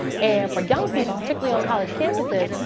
and for young people, particularly on college campuses.